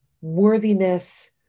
worthiness